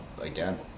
Again